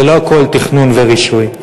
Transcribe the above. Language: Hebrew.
לא הכול זה תכנון ורישוי.